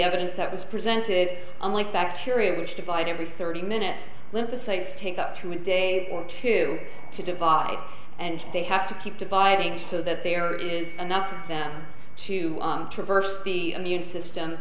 evidence that was presented unlike bacteria which divide every thirty minutes lymphocytes take up to a day or two to divide and they have to keep dividing so that there is enough of them to traverse the immune system